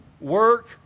work